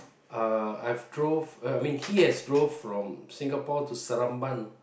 uh I've drove I mean he has drove from Singapore to Seramban